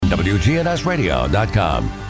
WGNSradio.com